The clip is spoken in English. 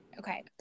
Okay